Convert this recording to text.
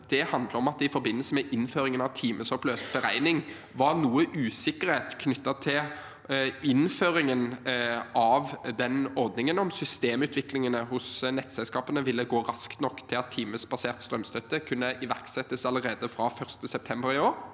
Det handler om at det i forbindelse med innføringen av timesoppløst beregning var noe usikkerhet knyttet til innføringen av den ordningen – om systemutviklingene hos nettselskapene ville gå raskt nok til at timesbasert strømstøtte kunne iverksettes allerede fra 1. september i år.